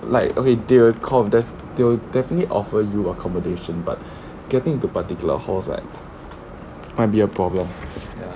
like okay they'll call they'll definitely offer you accommodation but getting into particular halls like might be a problem